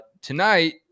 Tonight